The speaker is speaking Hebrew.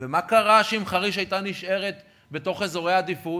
ומה היה קורה אם חריש הייתה נשארת בתוך אזורי העדיפות?